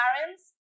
parents